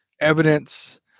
evidence